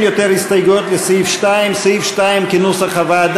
הסתייגות חבר הכנסת אראל